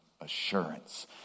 assurance